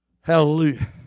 Hallelujah